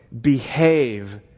Behave